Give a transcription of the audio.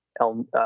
El